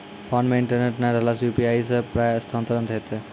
Phone मे internet नै रहला सॅ, यु.पी.आई सॅ पाय स्थानांतरण हेतै?